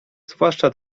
zwłaszcza